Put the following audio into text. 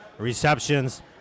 Receptions